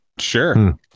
Sure